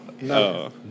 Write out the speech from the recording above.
no